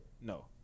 No